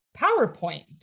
PowerPoint